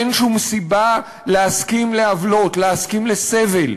אין שום סיבה להסכים לעוולות, להסכים לסבל.